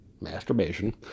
masturbation